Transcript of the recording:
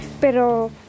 Pero